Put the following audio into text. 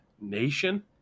nation